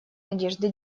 надежды